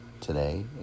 today